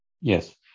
Yes